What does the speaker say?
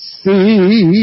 see